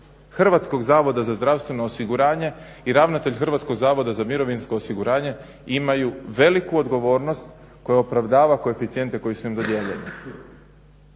Hrvatskog zavoda za zdravstveno osiguranje i ravnatelj Hrvatskog zavoda za mirovinsko osiguranje imaju veliku odgovornost koja opravdava koeficijente koji su im dodijeljeni.